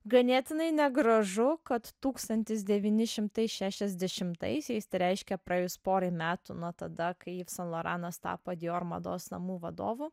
ganėtinai negražu kad tūkstantis devyni šimtai šešiasdešimtaisiais reiškia praėjus porai metų nuo tada kai iv san loranas tapo dijor mados namų vadovu